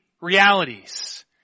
realities